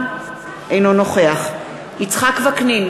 אינו נוכח יצחק וקנין,